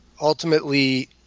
ultimately